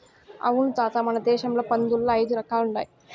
అవును తాత మన దేశంల పందుల్ల ఐదు రకాలుండాయి